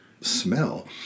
smell